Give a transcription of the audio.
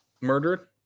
murdered